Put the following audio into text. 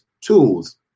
tools